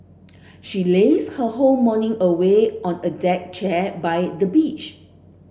she lazed her whole morning away on a deck chair by the beach